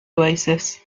oasis